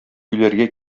юләргә